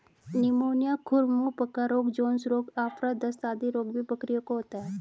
pneumonia, खुर मुँह पका रोग, जोन्स रोग, आफरा, दस्त आदि रोग भी बकरियों को होता है